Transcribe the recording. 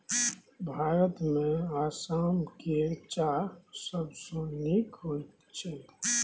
भारतमे आसाम केर चाह सबसँ नीक होइत छै